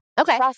Okay